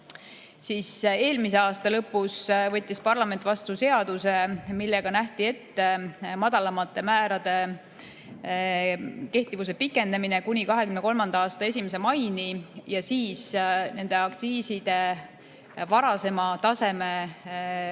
Eelmise aasta lõpus võttis parlament vastu seaduse, millega nähti ette madalamate määrade kehtivuse pikendamine kuni 2023. aasta 1. maini ja siis nende aktsiiside varasema tasemeni